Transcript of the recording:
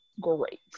great